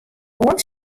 oant